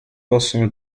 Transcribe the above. possono